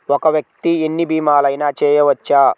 ఒక్క వ్యక్తి ఎన్ని భీమలయినా చేయవచ్చా?